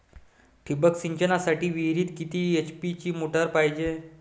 ठिबक सिंचनासाठी विहिरीत किती एच.पी ची मोटार पायजे?